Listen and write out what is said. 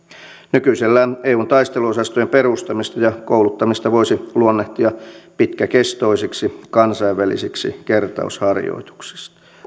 nykyisellään eun taisteluosastojen perustamista ja kouluttamista voisi luonnehtia pitkäkestoiseksi kansainväliseksi kertausharjoitukseksi